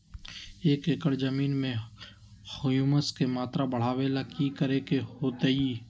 एक एकड़ जमीन में ह्यूमस के मात्रा बढ़ावे ला की करे के होतई?